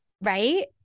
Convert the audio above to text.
right